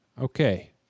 Okay